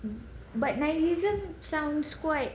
but nihilism sounds quite